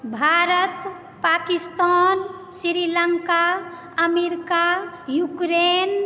Bharat Pakistan Sri Lanka America Ukraine